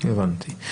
הבנתי.